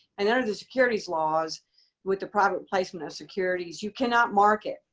and under the securities laws with the private placement of securities, you cannot market.